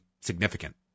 significant